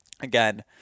again